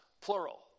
plural